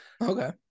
Okay